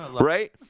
right